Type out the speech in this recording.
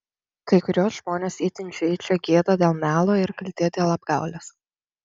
kai kuriuos žmones itin žeidžia gėda dėl melo ir kaltė dėl apgaulės